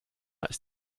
ist